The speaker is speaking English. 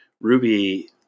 Ruby